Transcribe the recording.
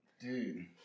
Dude